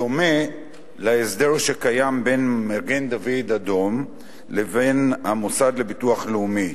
בדומה להסדר שקיים בין מגן-דוד-אדום לבין המוסד לביטוח לאומי,